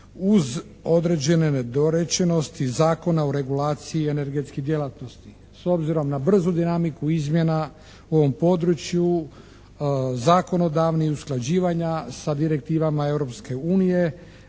uz određene nedorečenosti Zakona o regulaciji energetskih djelatnosti. S obzirom na brzu dinamiku izmjena u ovom području zakonodavni, usklađivanja sa direktivama